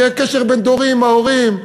יהיה קשר בין-דורי עם ההורים.